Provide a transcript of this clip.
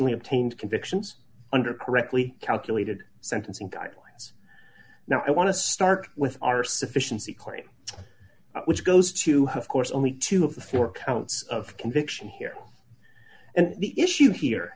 we obtained convictions under correctly calculated sentencing guidelines now i want to start with our sufficiency claim which goes to have course only two of the four counts of conviction here and the issue here